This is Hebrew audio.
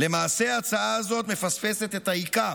למעשה ההצעה הזאת מפספסת את העיקר.